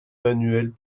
manuels